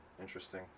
interesting